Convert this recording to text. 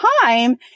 time